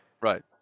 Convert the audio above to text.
right